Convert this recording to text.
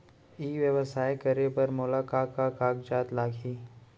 ई व्यवसाय करे बर मोला का का कागजात लागही?